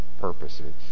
purposes